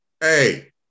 Hey